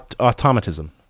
Automatism